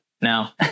now